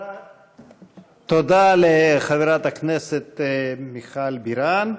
תודה לחברת הכנסת מיכל בירן.